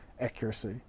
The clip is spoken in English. accuracy